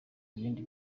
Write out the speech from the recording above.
ibindi